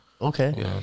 Okay